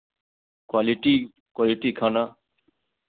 quality quality खाना